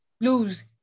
lose